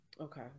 Okay